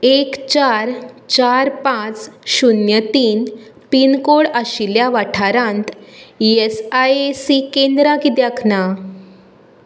एक चार चार पाच शुन्य तीन पीन कोड आशिल्ल्या वाठारांत ई एस आय सी केंद्रां कित्याक ना